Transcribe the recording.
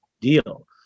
deal